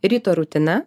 ryto rutina